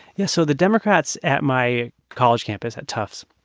yeah. so the democrats at my college campus at tufts,